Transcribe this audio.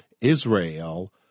Israel